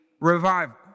revival